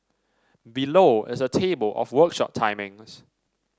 below is a table of workshop timings